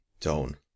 tone